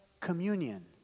communion